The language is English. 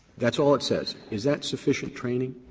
that's all it says. is that sufficient training?